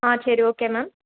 ஆ சரி okay ma'am